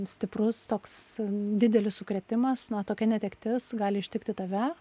stiprus toks didelis sukrėtimas na tokia netektis gali ištikti tave